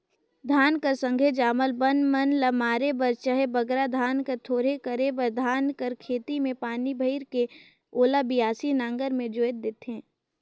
धान कर संघे जामल बन मन ल मारे बर चहे बगरा धान ल थोरहे करे बर धान कर खेत मे पानी भइर के ओला बियासी नांगर मे जोएत देथे